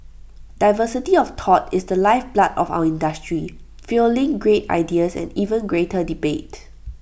diversity of thought is the lifeblood of our industry fuelling great ideas and even greater debate